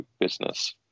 business